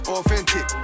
authentic